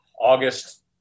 August